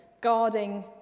guarding